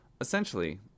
Essentially